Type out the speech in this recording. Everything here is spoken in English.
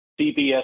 CBS